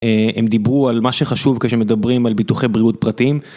הם דיברו על מה שחשוב כשמדברים על ביטוחי בריאות פרטיים.